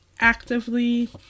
actively